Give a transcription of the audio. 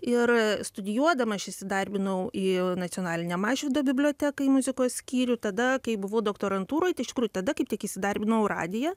ir studijuodama aš įsidarbinau į nacionalinę mažvydo biblioteką į muzikos skyrių tada kai buvau doktorantūroj tai iš tikrųjų tada kaip tik įsidarbinau į radiją